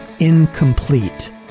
incomplete